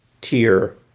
tier